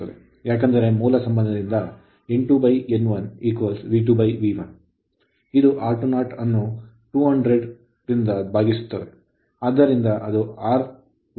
ಏಕೆಂದರೆ ಮೂಲ ಸಂಬಂಧದಿಂದ N2 N1 V2 V 1 ಇದು R20 ಅನ್ನು 200 ರಿಂದ ಭಾಗಿಸುತ್ತದೆ ಆದ್ದರಿಂದ ಅದು R10 ಆಗಿರುತ್ತದೆ